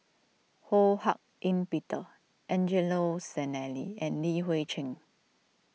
Ho Hak Ean Peter Angelo Sanelli and Li Hui Cheng